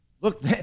Look